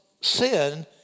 sin